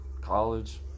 college